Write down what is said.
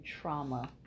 trauma